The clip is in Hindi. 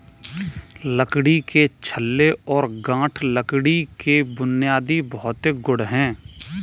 लकड़ी के छल्ले और गांठ लकड़ी के बुनियादी भौतिक गुण हैं